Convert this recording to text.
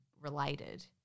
related